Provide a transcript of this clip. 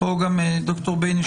דוקטור בייניש,